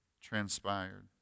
transpired